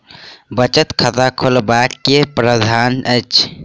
बचत खाता खोलेबाक की प्रावधान अछि?